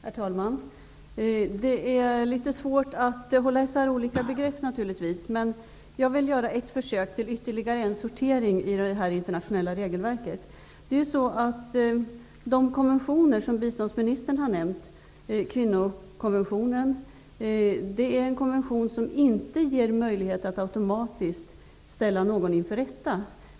Herr talman! Det är litet svårt att hålla isär olika begrepp. Jag vill göra ett försök till ytterligare en sortering av det internationella regelverket. Biståndsministern har t.ex. nämnt kvinnokonventionen. Det är en konvention som inte automatiskt ger möjlighet att ställa någon inför rätta.